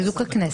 חיזוק הכנסת.